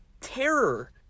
terror